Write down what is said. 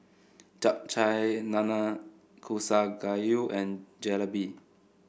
Japchae Nanakusa Gayu and Jalebi